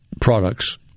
products